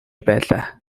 байлаа